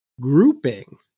grouping